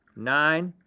nine,